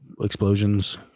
explosions